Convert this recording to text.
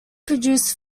produced